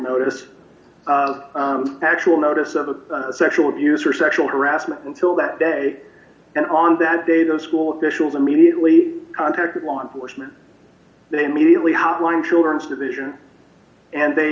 notice actual notice of a sexual abuse or sexual harassment until that day and on that day those school officials immediately contacted law enforcement they immediately outlined children's division and they